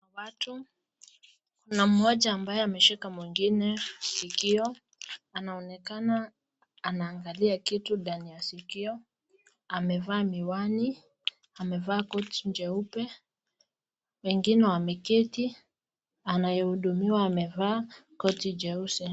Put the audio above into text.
Watu kuna mmoja ameshika mwingine sikio, anaonekana anaangalia kitu ndani ya sikio amevaa miwani, amevaa koti jeupe, wengine wameketi, anaehudumiwa amevaa koti jeusi.